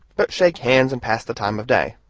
but shake hands and pass the time of day.